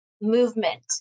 movement